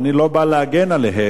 אני לא בא להגן עליהן,